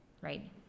right